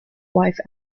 wife